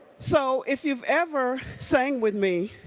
so if you've ever sang with me,